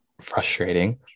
frustrating